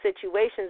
situations